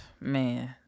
Man